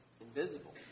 invisible